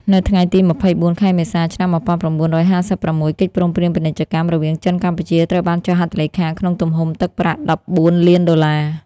នៅថ្ងៃទី ២៤ ខែមេសា ឆ្នាំ១៩៥៦ កិច្ចព្រមព្រៀងពាណិជ្ជកម្មរវាងចិនកម្ពុជាត្រូវបានចុះហត្ថលេខាក្នុងទំហំទឹកប្រាក់ ១៤ លានដុល្លារ។